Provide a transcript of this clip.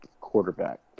quarterback